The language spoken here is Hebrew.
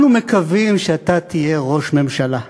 אנחנו מקווים שאתה תהיה ראש ממשלה.